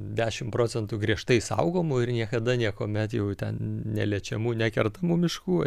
dešimt procentų griežtai saugomų ir niekada niekuomet jau ten neliečiamų nekertamų miškų